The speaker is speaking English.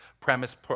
Premise